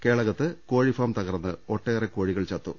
കേളകത്ത് കോഴിഫാം തകർന്ന് ഒട്ടേറെ കോഴികൾ ചത്തു